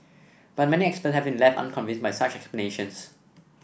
but many experts have been left unconvinced by such explanations